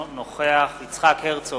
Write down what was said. אינו נוכח יצחק הרצוג,